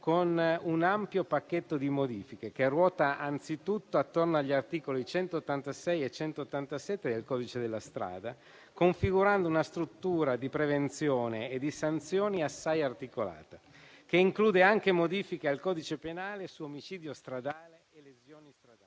con un ampio pacchetto di modifiche che ruota anzitutto attorno agli articoli 186 e 187 del codice della strada, configurando una struttura di prevenzione e di sanzioni assai articolata, che include anche modifiche al codice penale su omicidio stradale e lesioni stradali,